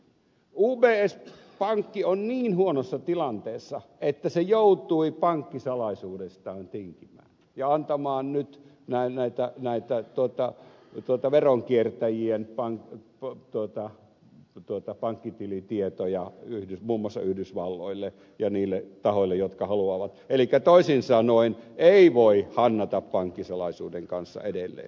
ubs pankki on niin huonossa tilanteessa että se joutui pankkisalaisuudestaan tinkimään ja antamaan nyt näin näyttää näyttää tuota mitata veronkiertäjien pankkitilitietoja muun muassa yhdysvalloille ja niille tahoille jotka niitä haluavat elikkä toisin sanoen ei voi hannata pankkisalaisuuden kanssa edelleen